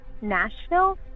Nashville